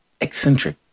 eccentric